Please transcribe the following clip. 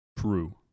True